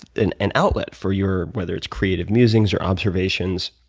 an an outlet for your whether it's creative musings or observations,